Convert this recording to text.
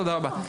תודה רבה.